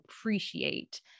appreciate